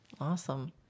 Awesome